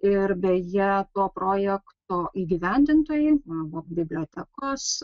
ir beje to projekto įgyvendintojai arba bibliotekos